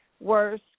worse